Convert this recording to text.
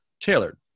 tailored